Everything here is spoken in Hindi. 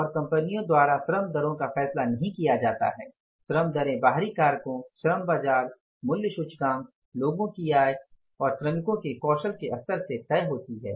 और कंपनियों द्वारा श्रम दरों का फैसला नहीं किया जाता है श्रम दरें बाहरी कारकों श्रम बाजार मूल्य सूचकांक लोगों की आय और श्रमिकों के कौशल के स्तर से तय होती हैं